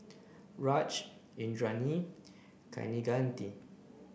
Raj Indranee Kaneganti